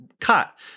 cut